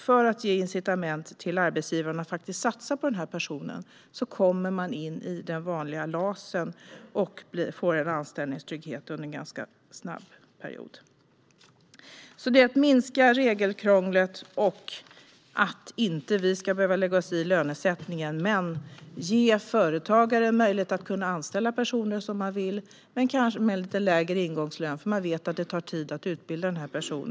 För att ge incitament till arbetsgivarna att satsa på den person det gäller kommer man sedan in i vanlig LAS och får en anställningstrygghet inom en ganska kort period. Det handlar alltså om att minska regelkrånglet och att vi inte ska behöva lägga oss i lönesättningen. Det handlar om att ge företagare möjlighet att anställa personer som man vill men kanske med en lite lägre ingångslön eftersom man vet att det tar tid att utbilda en viss person.